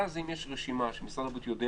ואז אם יש רשימה שמשרד הבריאות יודע